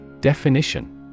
Definition